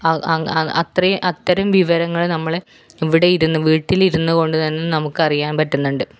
അ അ അത്രയും അത്തരം വിവരങ്ങൾ നമ്മൾ ഇവിടെയിരുന്ന് വീട്ടിലിരുന്നുകൊണ്ട് തന്നെ നമുക്കറിയാൻ പറ്റുന്നുണ്ട്